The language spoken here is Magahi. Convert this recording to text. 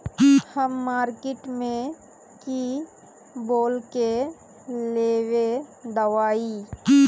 हम मार्किट में की बोल के लेबे दवाई?